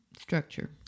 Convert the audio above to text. Structure